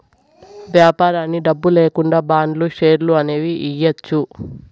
వ్యాపారానికి డబ్బు లేకుండా బాండ్లు, షేర్లు అనేవి ఇయ్యచ్చు